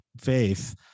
faith